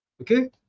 Okay